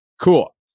Cool